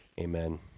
Amen